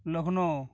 Lucknow